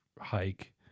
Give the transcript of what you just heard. hike